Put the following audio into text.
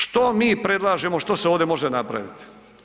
Što mi predlažemo, što se ovdje može napraviti?